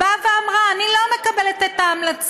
באה ואמרה, אני לא מקבלת את ההמלצה.